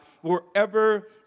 wherever